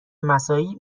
مساعی